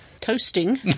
toasting